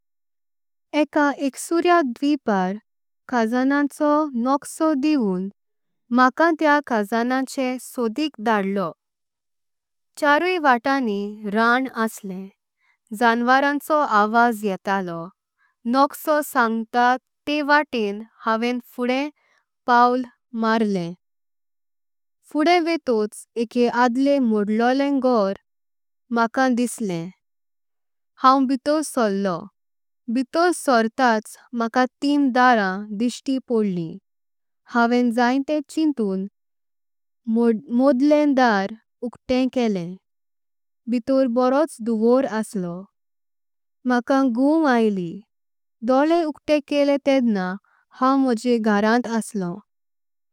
एका एक्सुरेआ द्वीपार खाजनाचो नक्सो दिवुन। भने तेआ खाजनाचे सोदिक धाडलो चारुई। वत्तानी रन्न असले झन्वरणचो आवाज येतालो। नोक्सा संगता ते वत्तें हानवें फुड्दें पैलवल मारलं। फुड्दें वेटोच एक आडलें मोडलोलें घोर म्हाका। दिसलं हान्व भितर सर्लो भितर सॉरटाच माका। तीन धरा डिस्टी पडलीं हानवें जाइते चिंतुन मोडलें। धार उक्ते केले भितर बोरोच दुवोर असलो मका। गुं आली डोळे उक्ते केले तेदनं हान्व म्होंजे घरांत असलो।